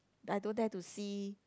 I don't dare to see